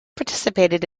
participated